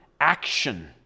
action